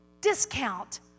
discount